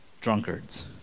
drunkards